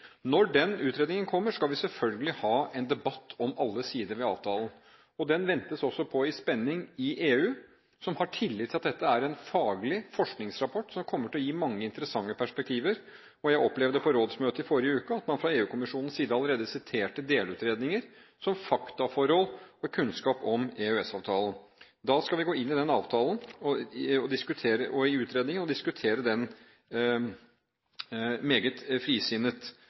Når den utredningen kommer, skal vi selvfølgelig ha en debatt om alle sider ved avtalen. Det ventes også i spenning på den i EU, som har tillit til at dette er en faglig forskningsrapport som kommer til å gi mange interessante perspektiver. Jeg opplevde på rådsmøtet i forrige uke at man fra EU-kommisjonens side allerede siterte delutredninger, som faktaforhold og kunnskap om EØS-avtalen. Vi skal gå inn i avtalen og utredningen og diskutere den meget frisinnet.